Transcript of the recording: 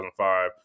2005